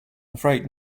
afraid